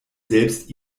selbst